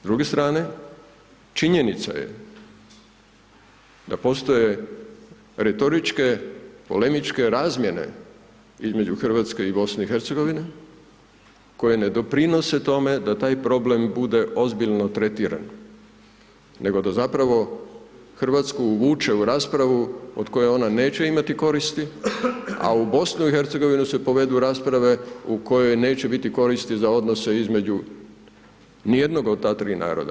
S druge strane, činjenica je da postoje retoričke, polemičke razmjene između Hrvatske i BiH-a koje ne doprinose tome da taj problem bude ozbiljno tretiran nego da zapravo Hrvatsku uvuče u raspravu od koje ona neće imati koristi a u BiH-u se povedu rasprave u kojoj neće biti koristi za odnose između nijednog od ta tri naroda.